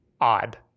odd